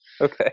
Okay